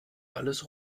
alles